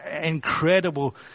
incredible